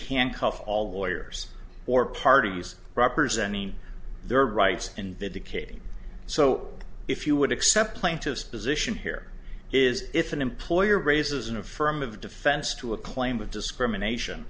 handcuff all lawyers or parties representing their rights and the decayed so if you would accept plaintiff's position here is if an employer raises an affirmative defense to a claim of discrimination